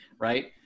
right